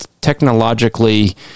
technologically